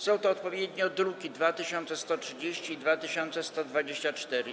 Są to odpowiednio druki nr 2130 i 2124.